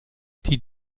die